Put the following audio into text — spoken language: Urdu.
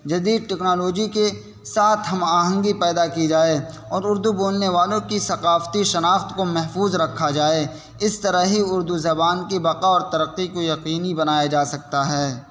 جدید ٹکنالوجی کے ساتھ ہم آہنگی پیدا کی جائے اور اردو بولنے والوں کی ثقافتی شناخت کو محفوظ رکھا جائے اس طرح ہی اردو زبان کی بقا اور ترقی کو یقینی بنایا جا سکتا ہے